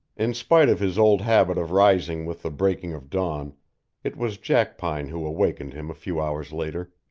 in spite of his old habit of rising with the breaking of dawn it was jackpine who awakened him a few hours later.